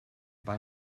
buy